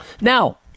Now